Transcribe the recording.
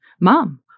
Mom